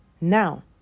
Now